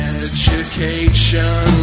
education